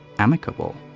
amicable.